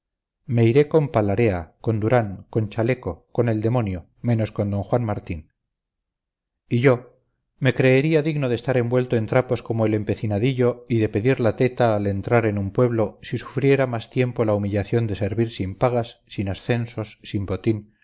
me iré con palarea con durán con chaleco con el demonio menos con d juan martín y yo me creería digno de estar envuelto en trapos como el empecinadillo y de pedir la teta al entrar en un pueblo si sufriera más tiempo la humillación de servir sin pagas sin ascensos sin botín